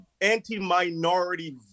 anti-minority